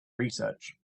research